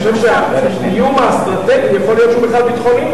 אני חושב שהאיום האסטרטגי יכול להיות שהוא בכלל ביטחוני,